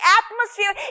atmosphere